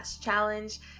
challenge